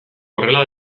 horrela